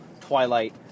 Twilight